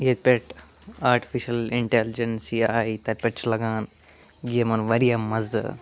ییٚتہِ پٮ۪ٹھ artificial intelligence آیہِ تَتہِ پٮ۪ٹھ چھِ لَگان یِمَن واریاہ مَزٕ